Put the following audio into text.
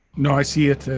no, i see it,